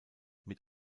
mit